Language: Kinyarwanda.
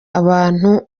abantu